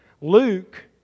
Luke